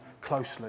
closely